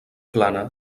plana